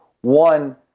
One